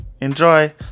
enjoy